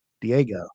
Diego